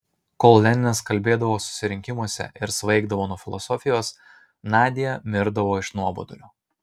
kol leninas kalbėdavo susirinkimuose ir svaigdavo nuo filosofijos nadia mirdavo iš nuobodulio